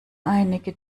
einige